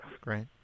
Great